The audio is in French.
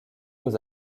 aux